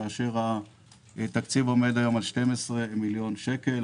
כאשר התקציב עומד היום על 12 מיליון שקל.